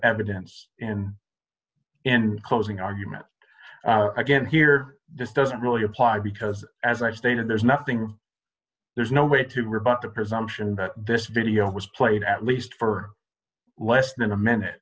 evidence and in closing argument again here this doesn't really apply because as i stated there's nothing there's no way to rebut the presumption that this video was played at least for less than a minute